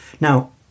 Now